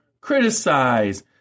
criticize